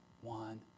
one